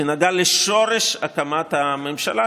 שנגע לשורש הקמת הממשלה,